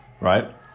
right